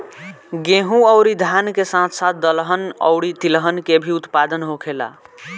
गेहूं अउरी धान के साथ साथ दहलन अउरी तिलहन के भी उत्पादन होखेला